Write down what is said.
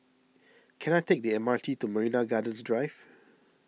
can I take the M R T to Marina Gardens Drive